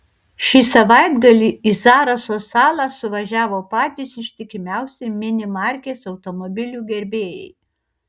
šį savaitgalį į zaraso salą suvažiavo patys ištikimiausi mini markės automobilių gerbėjai